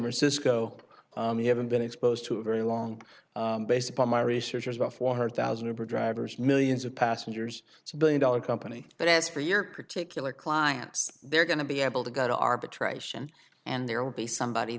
francisco you haven't been exposed to a very long based upon my research is about four hundred thousand to drivers millions of passengers it's a billion dollar company but as for your particular clients they're going to be able to go to arbitration and there will be somebody